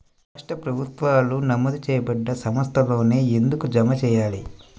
రాష్ట్ర ప్రభుత్వాలు నమోదు చేయబడ్డ సంస్థలలోనే ఎందుకు జమ చెయ్యాలి?